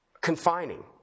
confining